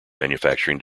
manufacturing